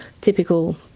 typical